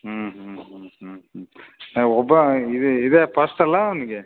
ಹ್ಞೂ ಹ್ಞೂ ಹ್ಞೂ ಹ್ಞೂ ಹ್ಞೂ ಒಬ್ಬ ಇದೆ ಇದೆ ಫಸ್ಟ್ ಅಲ್ಲ ಅವನಿಗೆ